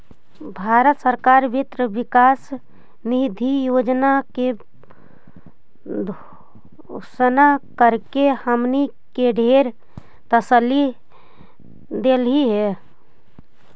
भारत सरकार वित्त विकास निधि योजना के घोषणा करके हमनी के ढेर तसल्ली देलई हे